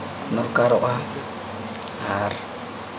ᱫᱚᱨᱠᱟᱨᱚᱜᱼᱟ ᱟᱨ